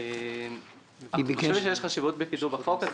אנחנו חושבים שיש חשיבות בקידום החוק הזה.